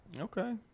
Okay